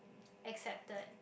accepted